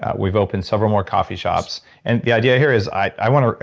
ah we've opened several more coffee shops and the idea here is i want to.